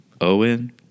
Owen